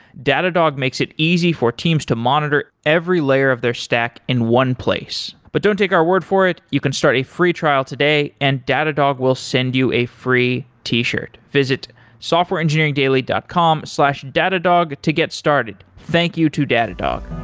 datadog makes it easy for teams to monitor every layer of their stack in one place. but don't take our word for it, you can start a free trial today and datadog will send you a free t-shirt. visit softwareengineeringdaily dot com slash datadog to get started. started. thank you to datadog